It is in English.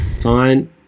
fine